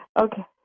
Okay